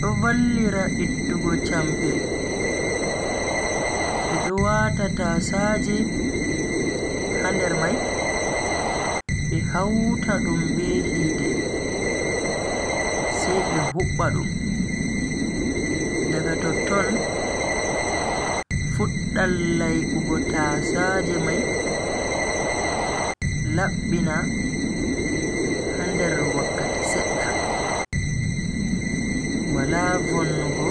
Do vallira ittugo champe. Bedo waata tasaaje ha nder mai be hauta dum be hite sai be hubba dum, daga totton fuddan laibugo tasaaje mai labbina ha nder wakkati sedda wala vonnugo